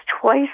twice